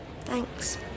Thanks